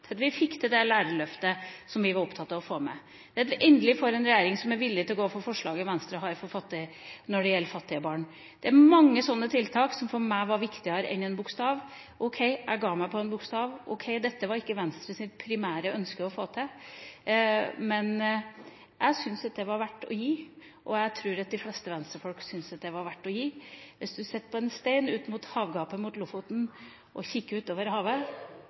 fikk til det lærerløftet som vi var opptatt av å få med, og for at vi endelig har fått en regjering som er villig til å gå inn for forslag Venstre har når det gjelder fattige barn. Det er mange sånne tiltak som for meg var viktigere enn en bokstav. Ok, jeg ga meg på en bokstav. Ok, dette var ikke Venstres primære ønske å få til, men jeg syns det var verdt å gi, og som jeg tror de fleste Venstre-folk syns at det var verdt å gi. Hvis du sitter på en stein ut mot havgapet mot Lofoten og kikker ut over havet,